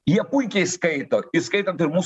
jie puikiai skaito įskaitant ir mūs